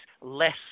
less